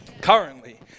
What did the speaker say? currently